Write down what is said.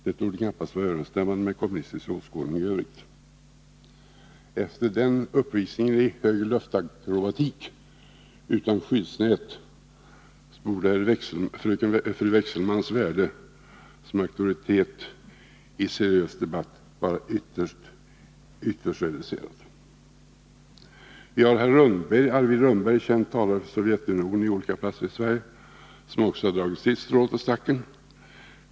Det torde knappast vara överensstämmande med kommunistisk åskådning i övrigt. Efter den uppvisningen i högre luftakrobatik utan skyddsnät torde fru Wechselmanns värde som auktoritet i seriös debatt vara ytterst reducerat. Vi har Arvid Rundberg, känd talare för Sovjetunionen på olika platser i Sverige, som också har dragit sitt strå till stacken.